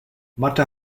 mata